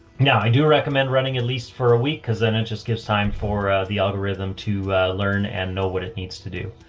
now i do recommend running at least for a week, cause then it just gives time for the algorithm to learn and know what it needs to do.